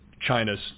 China's